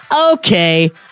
Okay